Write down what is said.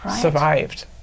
survived